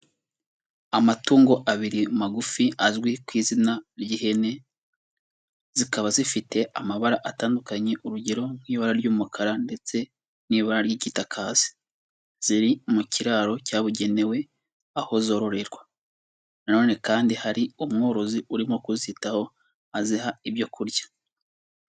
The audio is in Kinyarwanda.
Amatungo abiri magufi azwi ku izina ry'ihene, zikaba zifite amabara atandukanye urugero nk'ibara ry'umukara ndetse n'ibara ry'igitakazi. Ziri mu kiraro cyabugenewe aho zororerwa. Na none kandi hari umworozi urimo kuzitaho aziha ibyo kurya.